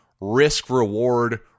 risk-reward